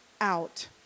out